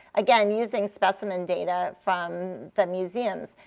again using specimen data from the museums.